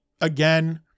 again